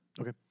okay